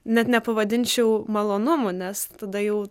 net nepavadinčiau malonumu nes tada jau